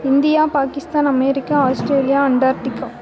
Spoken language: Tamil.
India Pakistan America Australia Antarctica